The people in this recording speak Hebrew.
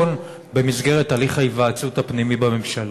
בחשבון במסגרת הליך ההיוועצות הפנימי בממשלה?